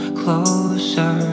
closer